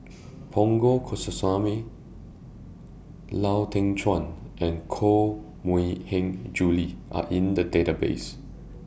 Punch Coomaraswamy Lau Teng Chuan and Koh Mui Hiang Julie Are in The Database